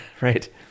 right